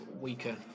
weaker